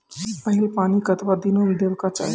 पहिल पानि कतबा दिनो म देबाक चाही?